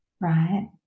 right